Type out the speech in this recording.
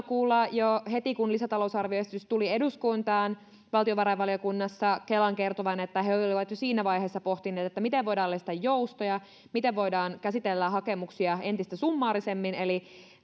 kuulla jo heti kun lisätalousarvioesitys tuli eduskuntaan valtiovarainvaliokunnassa kelan kertovan että he olivat jo siinä vaiheessa pohtineet miten voidaan lisätä joustoja miten voidaan käsitellä hakemuksia entistä summaarisemmin eli